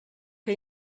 que